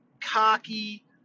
cocky